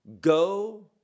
go